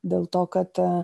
dėl to kad